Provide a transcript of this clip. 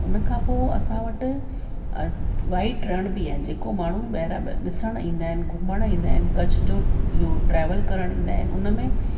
उनखां पोइ असां वटि वाइट रण बि आहे जेको माण्हू ॿायरां ॾिसण ईंदा आहिनि घुमण ईंदा आहिनि कच्छ जो इहो ट्रेवल करण ईंदा आहिनि उनमें